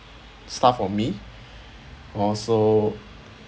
stuff for me also